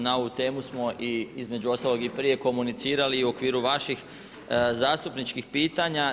Na ovu temu smo i između ostalog i prije komunicirali i u okviru vaših zastupničkih pitanja.